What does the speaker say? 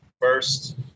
first